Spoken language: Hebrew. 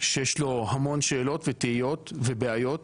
שיש לו המון שאלות ותהיות ובעיות.